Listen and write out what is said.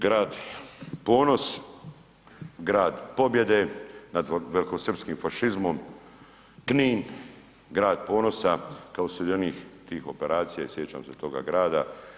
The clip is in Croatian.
Grad ponos, grad pobijede nad velikosrpskim fašizmom, Knin, grad ponosa kao sudionik tih operacija i sjećam se toga grada.